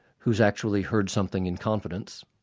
who's actually heard something in confidence,